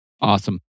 Awesome